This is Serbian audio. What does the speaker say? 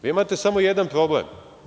Vi imate samo jedan problem.